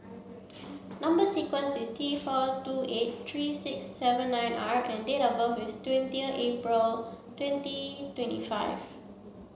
number sequence is T four two eight three six seven nine R and date of birth is twenty April twenty twenty five